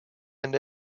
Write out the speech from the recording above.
and